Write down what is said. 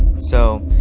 so